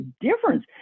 difference